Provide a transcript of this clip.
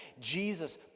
Jesus